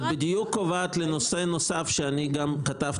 את בדיוק פוגעת בנושא נוסף שהתייחסתי